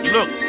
Look